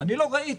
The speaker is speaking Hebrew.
לא ראיתי.